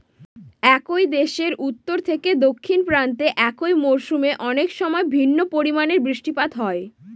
একই দেশের উত্তর থেকে দক্ষিণ প্রান্তে একই মরশুমে অনেকসময় ভিন্ন পরিমানের বৃষ্টিপাত হয়